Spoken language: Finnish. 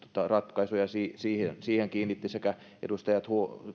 ratkaisuja siihen siihen kiinnitti sekä edustaja